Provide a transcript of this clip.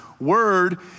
Word